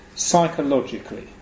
Psychologically